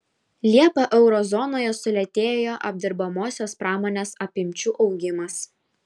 liepą euro zonoje sulėtėjo apdirbamosios pramonės apimčių augimas